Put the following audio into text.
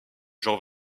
jean